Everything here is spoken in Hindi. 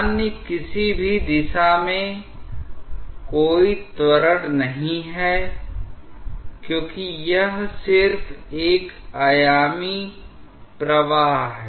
अन्य किसी भी दिशा में कोई त्वरण नहीं है क्योंकि यह सिर्फ एक आयामी प्रवाह है